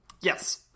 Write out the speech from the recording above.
Yes